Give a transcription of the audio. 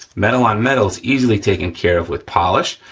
metal on metal's easily taken care of with polish,